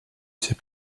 c’est